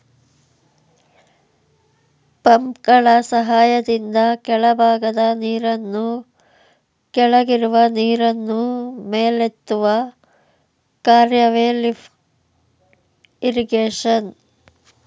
ಪಂಪ್ಗಳ ಸಹಾಯದಿಂದ ಕೆಳಭಾಗದ ನೀರನ್ನು ಕೆಳಗಿರುವ ನೀರನ್ನು ಮೇಲೆತ್ತುವ ಕಾರ್ಯವೆ ಲಿಫ್ಟ್ ಇರಿಗೇಶನ್